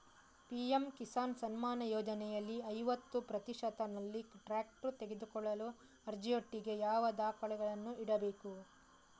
PM Kisan Samman ಯೋಜನೆಯಲ್ಲಿ ಐವತ್ತು ಪ್ರತಿಶತನಲ್ಲಿ ಟ್ರ್ಯಾಕ್ಟರ್ ತೆಕೊಳ್ಳಲು ಅರ್ಜಿಯೊಟ್ಟಿಗೆ ಯಾವ ದಾಖಲೆಗಳನ್ನು ಇಡ್ಬೇಕು?